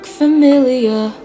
familiar